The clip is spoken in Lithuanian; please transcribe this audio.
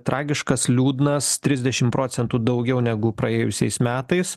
tragiškas liūdnas trisdešimt procentų daugiau negu praėjusiais metais